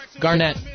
Garnett